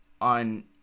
on –